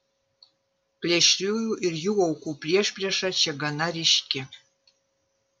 plėšriųjų ir jų aukų priešprieša čia gana ryški